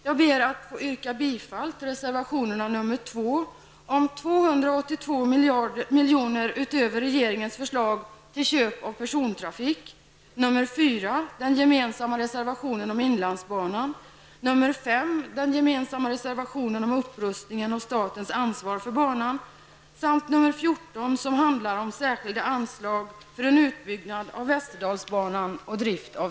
Jag ber att få yrka bifall till reservationerna nr 2 om 282 miljoner utöver regeringens förslag till köp av persontrafik, nr 4 -- den gemensamma reservationen om inlandsbanan, nr 5 om upprustningen och statens ansvar för banan, samt nr 14 som handlar om särskilda anslag för en utbyggnad av